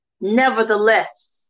Nevertheless